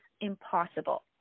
impossible